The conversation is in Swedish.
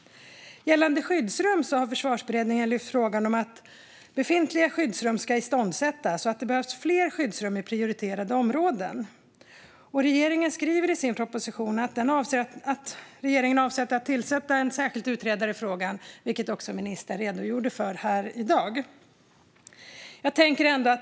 Gällande skyddsrum har Försvarsberedningen lyft upp att befintliga skyddsrum ska iståndsättas och att det behövs fler skyddsrum i prioriterade områden. Regeringen skriver i sin proposition att den avser att tillsätta en särskild utredare i frågan, vilket ministern också redogjorde för här i kammaren i dag.